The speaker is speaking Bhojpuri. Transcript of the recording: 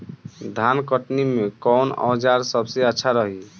धान कटनी मे कौन औज़ार सबसे अच्छा रही?